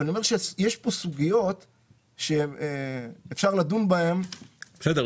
אבל אני אומר שיש פה סוגיות שאפשר לדון בהן --- בסדר,